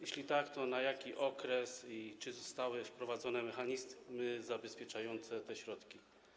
Jeśli tak, to na jaki okres i czy zostały wprowadzone mechanizmy zabezpieczające te środki?